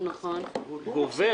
גובר,